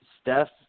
Steph